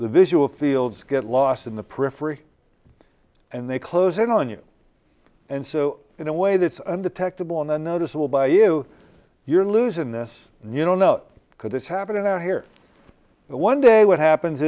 the visual fields get lost in the periphery and they close in on you and so in a way that's undetectible in a noticeable by you you're losing this and you don't know could this happen out here one day what happens